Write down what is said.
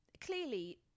clearly